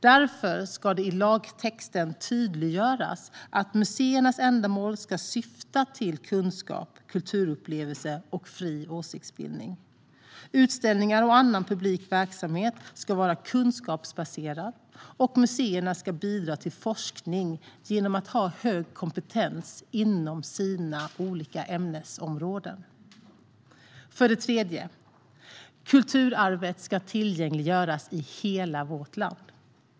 Därför ska det i lagtexten tydliggöras att museernas ändamål ska syfta till kunskap, kulturupplevelse och fri åsiktsbildning. Utställningar och annan publik verksamhet ska vara kunskapsbaserad, och museerna ska bidra till forskning genom att ha hög kompetens inom sina olika ämnesområden. För det tredje ska kulturarvet tillgängliggöras i hela vårt land.